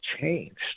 changed